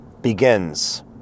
begins